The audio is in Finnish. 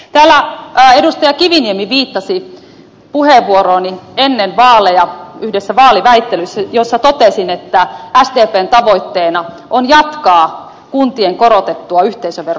täällä edustaja kiviniemi viittasi puheenvuorooni ennen vaaleja yhdessä vaaliväittelyssä jossa totesin että sdpn tavoitteena on jatkaa kuntien korotettua yhteisövero osuutta